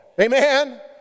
Amen